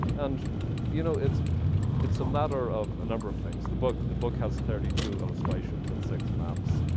and you know it's it's a matter of a number of things. the book the book has thirty two illustrations and six maps.